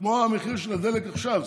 כמו המחיר של הדלק עכשיו.